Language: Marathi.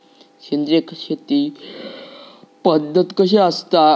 सेंद्रिय शेती पद्धत कशी असता?